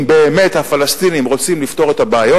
אם באמת הפלסטינים רוצים לפתור את הבעיות,